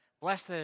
blessed